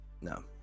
No